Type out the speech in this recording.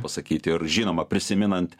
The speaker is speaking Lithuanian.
pasakyti ir žinoma prisimenant